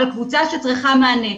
אבל קבוצה שצריכה מענה.